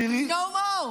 העליון.